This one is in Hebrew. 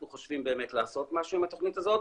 חושבים באמת לעשות משהו עם התוכנית הזאת.